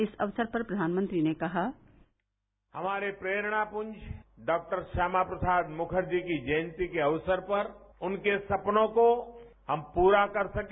इस अवसर पर प्रधानमंत्री ने कहा हमारे प्रेरणा कुंज डॉ श्यामा प्रसाद मुखर्जी जी की जयंती के अवसर पर उनके सपनों को हम पूरा कर सके